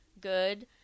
good